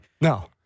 No